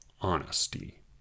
honesty